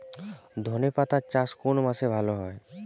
ধনেপাতার চাষ কোন মাসে ভালো হয়?